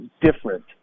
different